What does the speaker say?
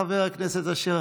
חבר הכנסת אשר,